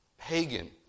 pagan